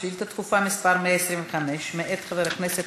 שאילתה דחופה מס' 125 מאת חבר הכנסת